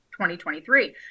2023